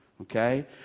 okay